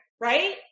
right